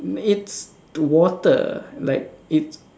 it's water like it's